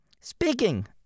Speaking